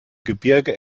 gebirge